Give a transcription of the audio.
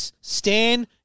Stan